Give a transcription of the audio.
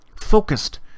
focused